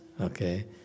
Okay